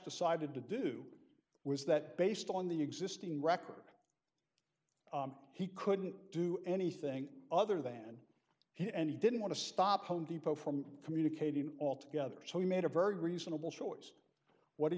decided to do was that based on the existing record he couldn't do anything other than he and he didn't want to stop home depot from communicating all together so he made a very reasonable choice what he